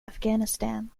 afghanistan